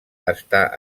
està